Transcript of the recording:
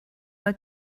how